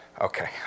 Okay